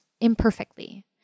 imperfectly